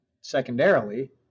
secondarily